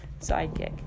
sidekick